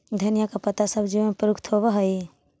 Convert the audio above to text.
धनिया का पत्ता सब्जियों में प्रयुक्त होवअ हई